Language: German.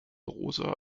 rosa